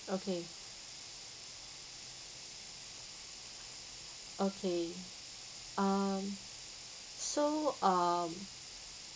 okay okay um so um